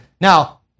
Now